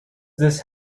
this